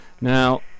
Now